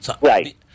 Right